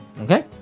Okay